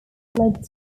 led